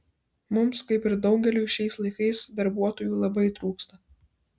mums kaip ir daugeliui šiais laikais darbuotojų labai trūksta